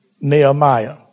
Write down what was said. Nehemiah